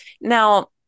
Now